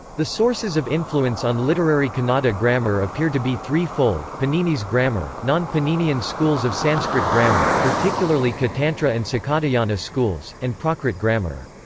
the sources of influence on literary kannada grammar appear to be three-fold panini's grammar, non-paninian schools of sanskrit grammar, particularly katantra and sakatayana schools, and prakrit grammar.